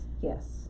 Yes